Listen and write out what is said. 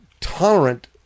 tolerant